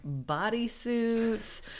bodysuits